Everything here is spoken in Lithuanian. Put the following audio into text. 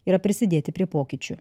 yra prisidėti prie pokyčių